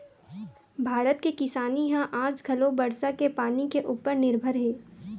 भारत के किसानी ह आज घलो बरसा के पानी के उपर निरभर हे